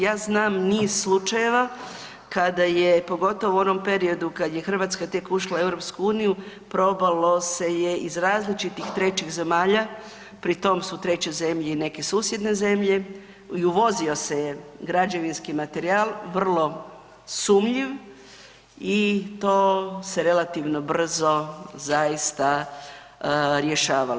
Ja znam niz slučajeva kada je, pogotovo u onom periodu kad je Hrvatska tek ušla u EU, probalo se je iz različitih trećih zemalja, pri tom su treće zemlje i neke susjedne zemlje, i uvozio se je građevinski materijal vrlo sumnjiv i to se relativno brzo zaista rješavalo.